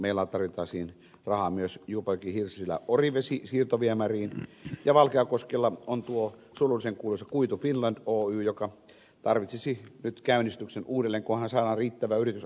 meillä tarvittaisiin rahaa myös juupajokihirsiläorivesi siirtoviemäriin ja valkeakoskella on tuo surullisenkuuluisa kuitu finland oy joka tarvitsisi nyt käynnistyksen uudelleen kunhan saadaan riittävä yritysalusta